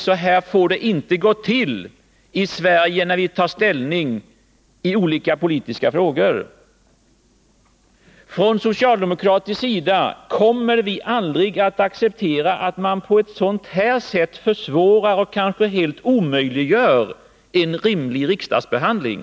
Så här får det inte gå till i Sverige när vi tar ställning i olika politiska frågor. Från socialdemokratisk sida kommer vi aldrig att acceptera att man på det här sättet försvårar möjligheterna för och kanske helt omöjliggör en rimlig riksdagsbehandling.